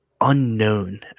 unknown